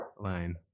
line